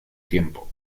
tiempo